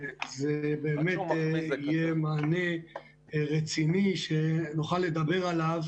שזה באמת יהיה מענה רציני שנוכל לדבר עליו